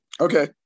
Okay